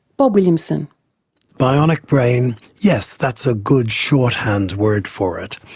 bob williamson bionic brain, yes, that's a good shorthand word for it.